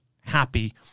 happy